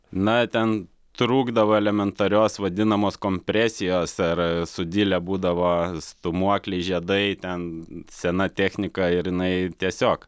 na ten trūkdavo elementarios vadinamos kompresijos ar sudilę būdavo stūmokliai žiedai ten sena technika ir jinai tiesiog